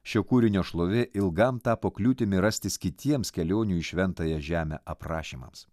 šio kūrinio šlovė ilgam tapo kliūtimi rastis kitiems kelionių į šventąją žemę aprašymams